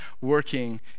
working